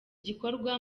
gikorwa